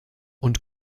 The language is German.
und